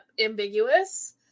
ambiguous